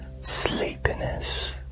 sleepiness